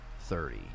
thirty